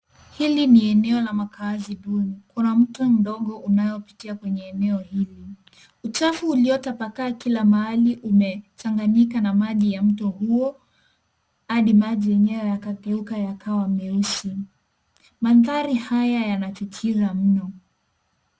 Hili ni eneo la makaazi duni. Kuna mto mdogo unaopitia kwenye eneo hili. Uchafu uliotapakaa kila mahali umechanganyika na maji ya mto huo hadi maji yenyewe yakageuka yakawa meusi. Mandhari haya yanachukiza mno.